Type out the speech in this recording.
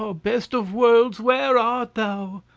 so best of worlds, where art thou?